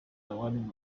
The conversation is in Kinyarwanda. wari